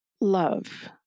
love